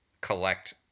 collect